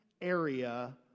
area